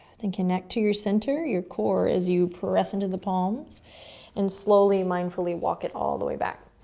then connect to your center, your core, as you press into the palms and slowly, mindfully walk it all the way back.